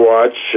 Watch